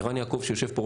ערן יעקב שיושב פה,